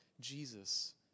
Jesus